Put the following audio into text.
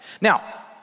Now